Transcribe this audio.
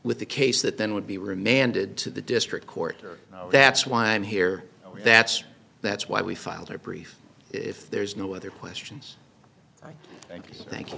with the case that then would be remanded to the district court or that's why i'm here that's that's why we filed our brief if there's no other questions thank you thank you